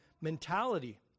mentality